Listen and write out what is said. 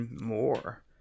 more